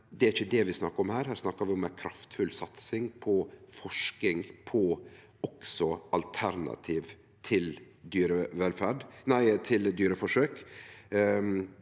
det er ikkje det vi snakkar om her. Her snakkar vi om ei kraftfull satsing på forsking på alternativ til dyreforsøk.